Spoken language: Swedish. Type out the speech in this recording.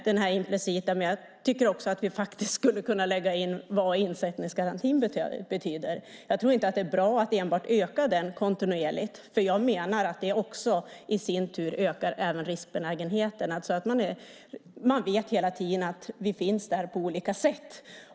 Men jag tycker också att vi skulle kunna lägga till vad insättningsgarantin betyder. Jag tror inte att det är bra att enbart öka den kontinuerligt, för jag menar att det i sin tur ökar även riskbenägenheten. Man vet hela tiden att vi finns där på olika sätt.